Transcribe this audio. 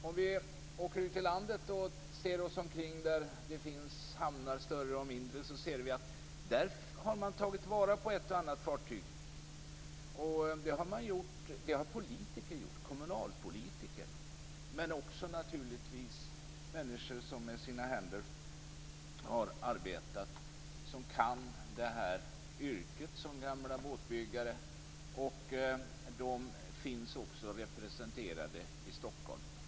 Om vi åker ut i landet och ser oss omkring där det finns större och mindre hamnar ser vi att man där har tagit vara på ett och annat fartyg. Det har kommunalpolitiker gjort, men naturligtvis också människor som med sina händer har arbetat med detta och som kan yrket som gamla båtbyggare. Dessa finns förvisso också representerade i Stockholm.